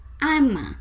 I'ma